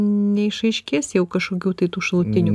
neišaiškės jau kažkokių tai tų šalutinių